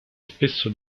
spesso